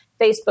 Facebook